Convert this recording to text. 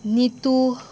Neetu